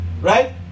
right